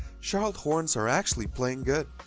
charlotte hornets are actually playing good,